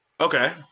Okay